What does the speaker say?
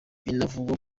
binavugwa